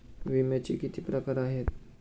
विम्याचे किती प्रकार आहेत?